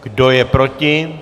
Kdo je proti?